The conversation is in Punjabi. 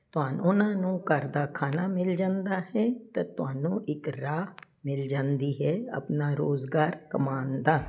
ਤੁਹਾ ਉਹਨਾਂ ਨੂੰ ਘਰ ਦਾ ਖਾਣਾ ਮਿਲ ਜਾਂਦਾ ਹੈ ਅਤੇ ਤੁਹਾਨੂੰ ਇੱਕ ਰਾਹ ਮਿਲ ਜਾਂਦੀ ਹੈ ਆਪਣਾ ਰੋਜ਼ਗਾਰ ਕਮਾਉਣ ਦਾ